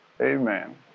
Amen